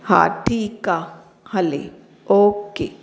हा ठीकु आहे हले ओके